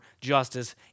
justice